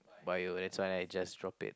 Bio that's why I just drop it